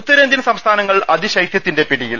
ഉത്തരേന്ത്യൻ സംസ്ഥാനങ്ങൾ അതിശൈത്യത്തിന്റെ പിടിയിൽ